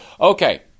Okay